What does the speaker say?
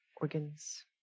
organs